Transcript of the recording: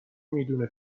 میدونه